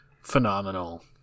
phenomenal